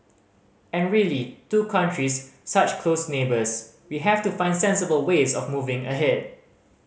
and really two countries such close neighbours we have to find sensible ways of moving ahead